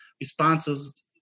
responses